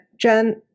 Jen